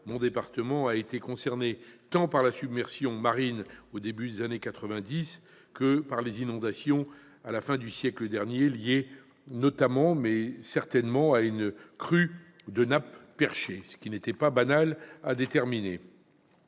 mon département, la Somme, a été concerné, tant par la submersion marine au début des années 1990 que par les inondations à la fin du siècle dernier, phénomène certainement lié à une crue de nappes perchées, ce qui n'était pas banal et difficile